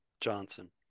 johnson